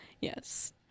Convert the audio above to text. Yes